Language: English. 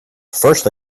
first